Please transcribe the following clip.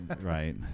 right